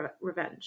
revenge